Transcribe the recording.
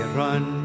run